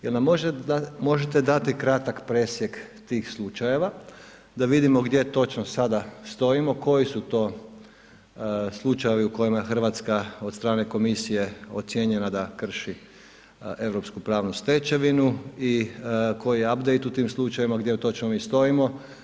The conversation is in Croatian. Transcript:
Je li nam možete dati kratak presjek tih slučajeva da vidimo gdje točno sada stojimo, koji su to slučajevi u kojima Hrvatska od strane komisije ocjenjena da krši europsku pravnu stečevinu i koji je update u tim slučajevima, gdje točno mi stojimo?